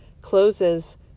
closes